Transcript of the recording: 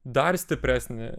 dar stipresnį